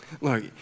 Look